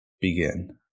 begin